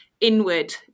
inward